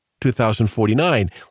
2049